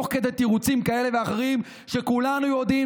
תוך כדי תירוצים כאלה ואחרים שכולנו יודעים